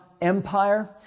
Empire